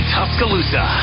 Tuscaloosa